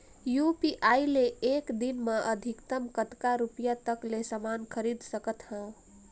UPI ले एक दिन म अधिकतम कतका रुपिया तक ले समान खरीद सकत हवं?